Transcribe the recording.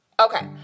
okay